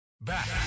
Back